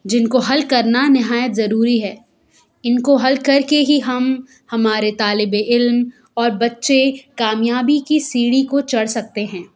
جن کو حل کرنا نہایت ضروری ہے ان کو حل کر کے ہی ہم ہمارے طالب علم اور بچے کامیابی کی سیڑھی کو چڑھ سکتے ہیں